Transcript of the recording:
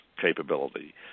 capability